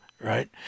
right